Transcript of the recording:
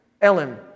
Ellen